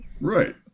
Right